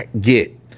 get